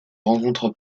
rencontrent